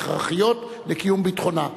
כהכרחיות לקיום ביטחונה.